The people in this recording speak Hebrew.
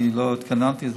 כי לא התכוננתי,